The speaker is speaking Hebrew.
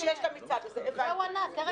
תראה דודו,